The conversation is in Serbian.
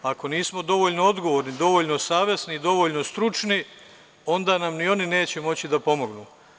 Ako nismo dovoljno odgovorni, dovoljno savesni, dovoljno stručni, onda nam ni oni neće moći da pomognu.